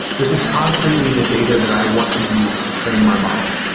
this is concretely the data that i want to use to train my model.